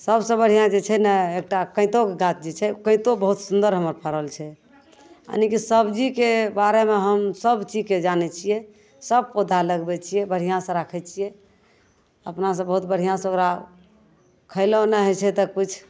सबसे बढ़िआँ जे छै ने एकटा कैतोके गाछ जे छै कैतो बहुत सुन्दर हमर फड़ल छै आओर मने सबजीके बारेमे हम सबचीजके जानै छिए सब पौधा लगबै छिए बढ़िआँसे राखै छिए अपनासे बहुत बढ़िआँसे ओकरा खएलो नहि होइ छै तऽ किछु